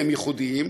והם ייחודיים.